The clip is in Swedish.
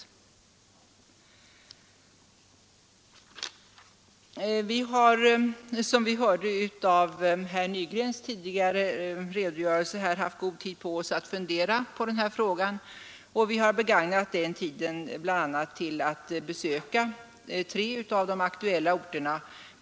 Vi har, som vi hörde av herr Nygrens tidigare redogörelse här, haft god tid på oss att fundera på den här frågan, och vi har begagnat den tiden bl.a. till att besöka tre av de aktuella orterna.